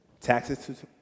taxes